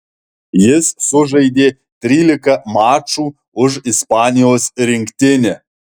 jis sužaidė trylika mačų už ispanijos rinktinę